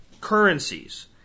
currencies